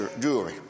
jewelry